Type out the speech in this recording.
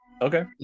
okay